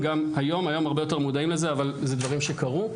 היום הרבה יותר מודעים לזה, אבל אלה דברים שקרו.